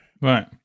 Right